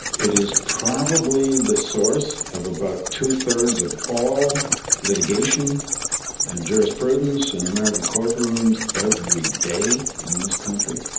it is probably the source of about two-thirds of all litigation and jurisprudence in american courtrooms every day in this country.